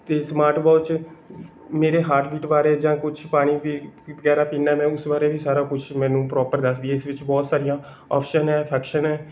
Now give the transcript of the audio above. ਅਤੇ smart watch ਮੇਰੇ heartbeat ਬਾਰੇ ਜਾਂ ਕੁਛ ਪਾਣੀ ਵੀ ਵਗੈਰਾ ਪੀਨਾ ਮੈਂ ਉਸ ਬਾਰੇ ਵੀ ਮੈਨੂੰ ਸਾਰਾ ਕੁਛ ਮੈਨੂੰ ਪ੍ਰੋਪਰ ਦੱਸਦੀ ਹੈ ਇਸ ਵਿੱਚ ਬਹੁਤ ਸਾਰੀਆਂ ਓਪਸ਼ਨ ਹੈ ਫ਼ੰਕਸ਼ਨ ਹੈ